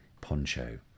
Poncho